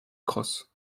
crosse